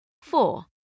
four